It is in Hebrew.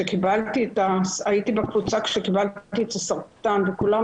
הייתי בקבוצה כשקיבלתי את הסרטן וכולם